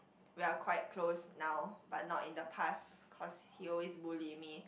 we are quite close now but not in the past cause he always bully me